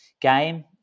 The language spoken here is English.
game